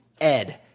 Ed